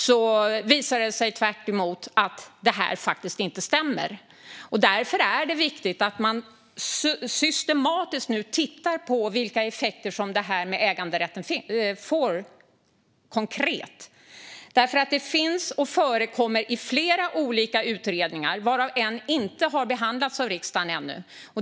Det visade sig tvärtemot att detta faktiskt inte stämmer. Därför är det viktigt att man nu systematiskt tittar på vilka effekter som detta med äganderätten får konkret därför att det finns med i flera olika utredningar, varav en ännu inte har behandlats av riksdagen.